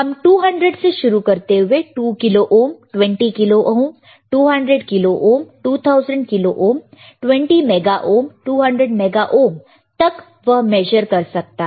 हम 200 से शुरू करते हुए 2 kilo ohm 20 kilo ohm 200 kilo ohm 2000 kilo ohm 20 mega ohm 200 mega ohm तक वह मेजर कर सकता है